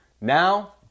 Now